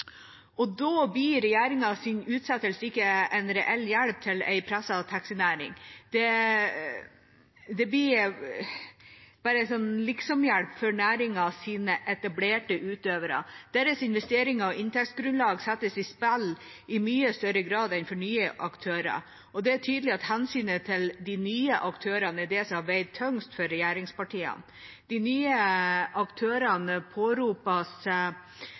Da blir regjeringas utsettelse ikke en reell hjelp til en presset taxinæring. Det blir bare en liksomhjelp for næringens etablerte utøvere. Deres investeringer og inntektsgrunnlag settes i spill i mye større grad enn tilfellet er for nye aktører, og det er tydelig at hensynet til de nye aktørene er det som har veid tyngst for regjeringspartiene. De nye aktørene